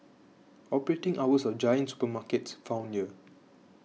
operating hours of Giant supermarkets found here